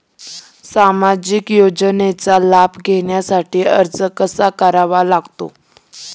सामाजिक योजनांचा लाभ घेण्यासाठी अर्ज कसा करावा लागतो?